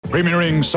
Premiering